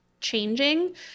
changing